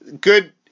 Good